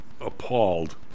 appalled